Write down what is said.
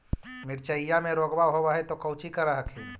मिर्चया मे रोग्बा होब है तो कौची कर हखिन?